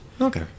Okay